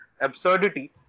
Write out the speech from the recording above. absurdity